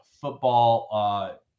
football